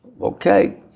okay